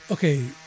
Okay